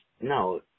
no